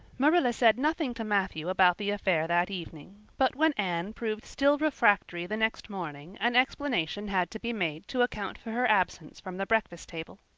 marilla said nothing to matthew about the affair that evening but when anne proved still refractory the next morning an explanation had to be made to account for her absence from the breakfast table.